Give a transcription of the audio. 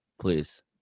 Please